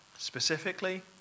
Specifically